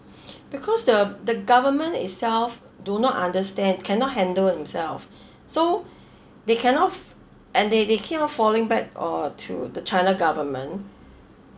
because the the government itself do not understand cannot handle themself so they cannot and they they keep off falling back or to the china government